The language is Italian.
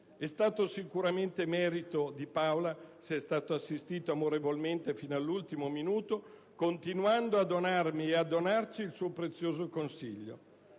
È stato sicuramente merito di Paola se è stato assistito amorevolmente fino all'ultimo minuto, continuando a donarmi e a donarci il suo prezioso consiglio.